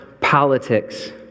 politics